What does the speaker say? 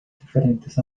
diferentes